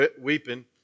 weeping